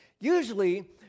usually